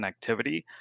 connectivity